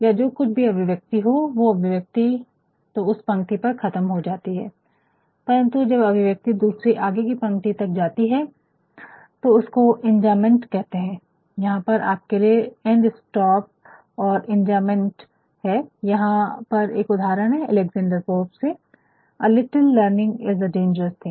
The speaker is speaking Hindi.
यहाँ पर एक उदाहरण है अल्क्सेंदर पोप से a little learning is a dangerous thing a little learning is a dangerous thing